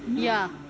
ya